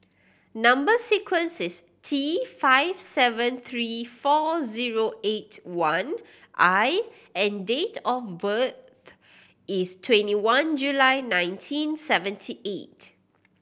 number sequence is T five seven three four zero eight one I and date of birth is twenty one July nineteen seventy eight